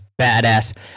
badass